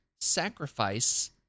Sacrifice